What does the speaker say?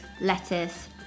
lettuce